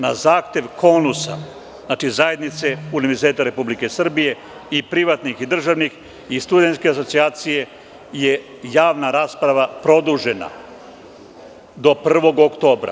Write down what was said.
Na zahtev KONUS-a, znači Zajednice univerziteta Republike Srbije, i privatnih i državnih, i studentske asocijacije, javna rasprava je produžena do 1. oktobra.